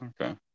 okay